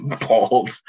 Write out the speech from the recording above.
bald